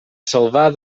salvar